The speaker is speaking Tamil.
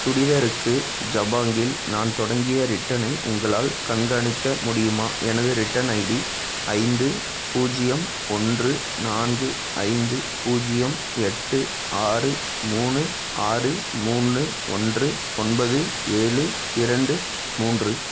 சுடிதாருக்கு ஜபாங்கில் நான் தொடங்கிய ரிட்டர்னை உங்களால் கண்காணிக்க முடியுமா எனது ரிட்டர்ன் ஐடி ஐந்து பூஜ்ஜியம் ஒன்று நான்கு ஐந்து பூஜ்ஜியம் எட்டு ஆறு மூணு ஆறு மூணு ஒன்று ஒன்பது ஏழு இரண்டு மூன்று